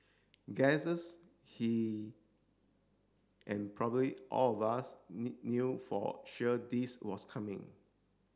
guesses he and probably all of us knew for sure this was coming